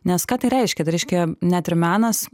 nes ką tai reiškia tai reiškia net ir menas